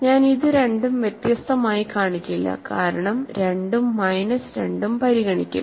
ഞാൻ ഇത് രണ്ടും വ്യത്യസ്തമായി കാണിക്കില്ല കാരണം 2 ഉം മൈനസും 2 പരിഗണിക്കും